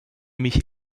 mich